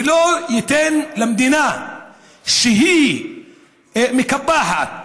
ולא ייתן למדינה שהיא מקפחת